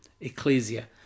ecclesia